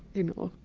you know,